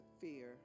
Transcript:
fear